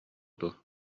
дуо